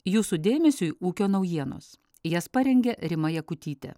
jūsų dėmesiui ūkio naujienos jas parengė rima jakutytė